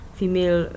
female